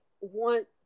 want